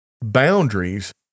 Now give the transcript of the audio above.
boundaries